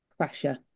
pressure